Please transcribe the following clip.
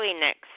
next